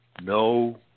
No